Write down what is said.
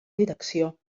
direcció